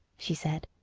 she said,